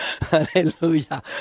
hallelujah